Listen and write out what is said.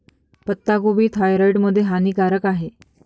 पत्ताकोबी थायरॉईड मध्ये हानिकारक आहे